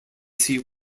see